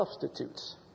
substitutes